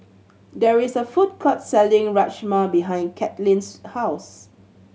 there is a food court selling Rajma behind Katlin's house